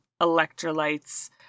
electrolytes